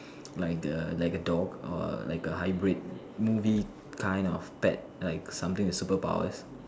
like a like a dog or a like a hybrid movie kind of pet like something with superpowers